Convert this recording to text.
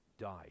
died